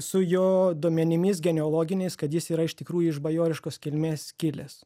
su jo duomenimis genealoginiais kad jis yra iš tikrųjų iš bajoriškos kilmės kilęs